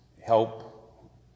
help